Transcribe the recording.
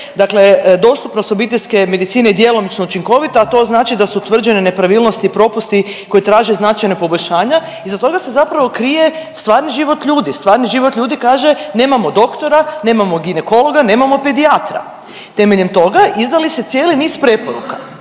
dakle dostupnost obiteljske medicine je djelomično učinkovita, a to znači da su utvrđene nepravilnosti i propusti koji traže značajna poboljšanja. Iza toga se zapravo krije stvarni život ljudi, stvarni život ljudi kaže, nemamo doktora, nemamo ginekologa, nemamo pedijatra. Temeljem toga, izdali ste cijeli niz preporuka.